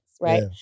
right